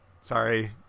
Sorry